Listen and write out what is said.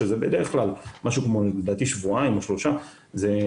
שזה בדרך כלל שבועיים או שלושה שבועות.